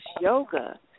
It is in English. yoga